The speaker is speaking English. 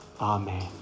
Amen